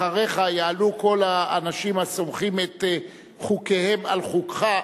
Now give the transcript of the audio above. אחריך יעלו כל האנשים הסומכים את חוקיהם על חוקך,